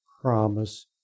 promise